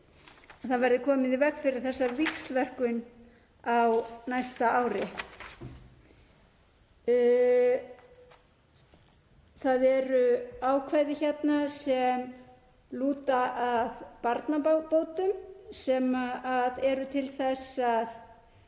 komið verði í veg fyrir þessa víxlverkun á næsta ári. Það eru ákvæði sem lúta að barnabótum sem eru til þess að